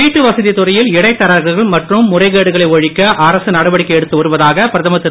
வீட்டுவசதி துறையில் இடைத்தரகர்கள் மற்றும் முறைகேடுகளை ஒழிக்க அரசு நடவடிக்கை எடுத்து வருவதாக பிரதமர் திரு